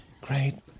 great